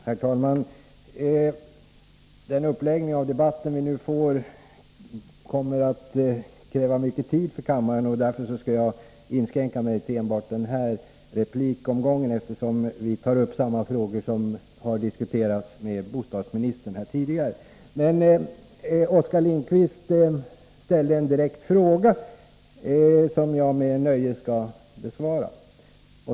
Herr talman! Den uppläggning av debatten som vi nu får kommer att kräva mycket tid i kammaren. Jag skall inskränka mig till enbart den här replikomgången, eftersom vi tar upp samma frågor som tidigare har diskuterats med bostadsministern. Oskar Lindkvist ställde en direkt fråga, som jag med nöje skall besvara.